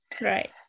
Right